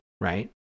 right